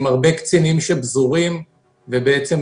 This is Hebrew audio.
עם הרבה קצינים שפזורים בשטח,